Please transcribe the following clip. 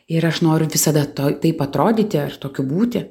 ir aš noriu visada to taip atrodyti ar tokiu būti